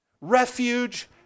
Refuge